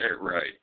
right